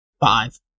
Five